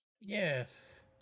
Yes